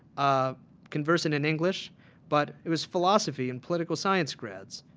ah converse and in english but it was philosophy and political science grads.